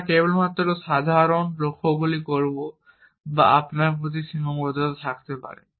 আমরা কেবলমাত্র সাধারণ লক্ষ্যগুলি করব বা আপনার প্রতি সীমাবদ্ধতা থাকতে পারে